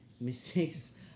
mistakes